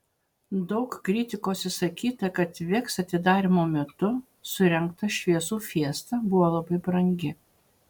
daug kritikos išsakyta kad veks atidarymo metu surengta šviesų fiesta buvo labai brangi